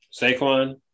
Saquon